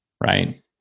right